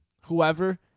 whoever